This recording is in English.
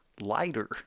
Lighter